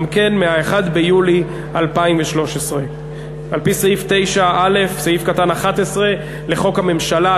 גם כן מ-1 ביולי 2013. על-פי סעיף 9(א)(11) לחוק הממשלה,